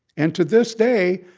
and to this day,